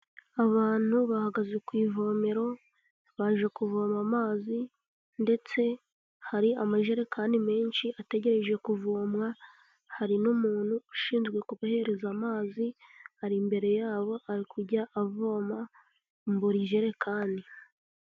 Abantu bahagaze ku ivomero baje kuvoma amazi, ndetse hari amajerekani menshi ategereje kuvomwa, hari n'umuntu ushinzwe kubahereza amazi ari imbere yabo, ari kujya avoma buri jerekani.